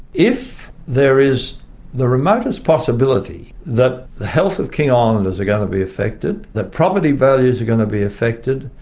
if there is the remotest possibility that the health of king um and islanders are going to be affected, that property values are going to be affected,